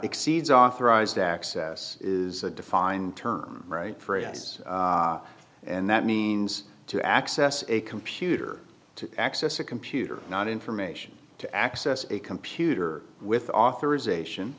exceeds authorized access is defined term right phrase and that means to access a computer to access a computer not information to access a computer with authorization